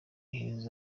hills